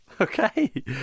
Okay